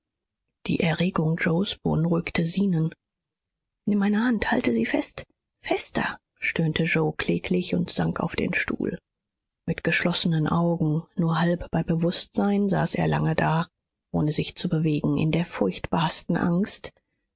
die erregung joes beunruhigte zenon nimm meine hand halte sie fest fester stöhnte yoe kläglich und sank auf den stuhl mit geschlossenen augen nur halb bei bewußtsein saß er lange da ohne sich zu bewegen in der furchtbarsten angst